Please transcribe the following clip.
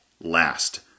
last